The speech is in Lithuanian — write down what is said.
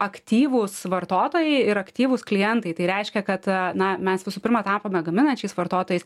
aktyvūs vartotojai ir aktyvūs klientai tai reiškia kad na mes visų pirma tapome gaminančiais vartotojais